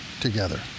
together